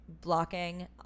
Blocking